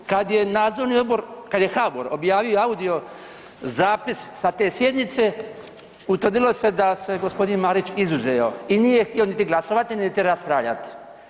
Kad je nadzorni odbor, kad je HABOR audio zapis sa te sjednice utvrdilo se da se gospodin Marić izuzeo i nije htio niti glasovati niti raspravljati.